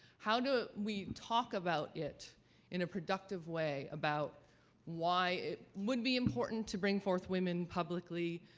how do we talk about it in a productive way, about why it would be important to bring forth women publicly,